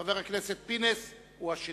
חבר הכנסת פינס הוא השני,